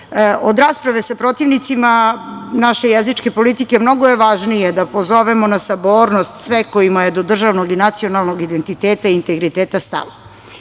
Od rasprave sa protivnicima naše jezičke politike, mnogo je važnije da pozovemo na sabornost sve kojima je do državnog i nacionalnog identiteta i integriteta stalo. Nije